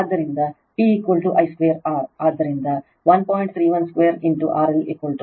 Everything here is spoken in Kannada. ಆದ್ದರಿಂದ PI 2 R ಆದ್ದರಿಂದ 1